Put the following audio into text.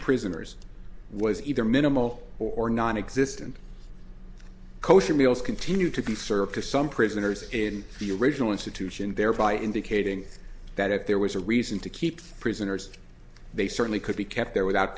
prisoners was either minimal or nonexistent kosher meals continue to be served to some prisoners in the original institution thereby indicating that if there was a reason to keep prisoners they certainly could be kept there without